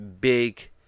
big